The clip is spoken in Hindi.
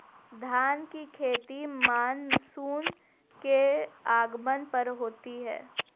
धान की खेती मानसून के आगमन पर होती है